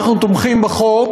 אנחנו תומכים בחוק,